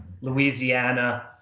Louisiana